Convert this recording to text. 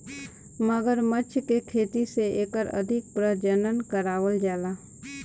मगरमच्छ के खेती से एकर अधिक प्रजनन करावल जाला